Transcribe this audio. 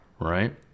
right